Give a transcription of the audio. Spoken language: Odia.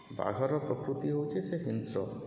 ବାଘର ପ୍ରକୃତି ହେଉଛି ସେ ହିଂସ୍ର